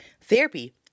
therapy